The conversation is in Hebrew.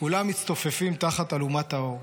כולם מצטופפים תחת אלומת האור.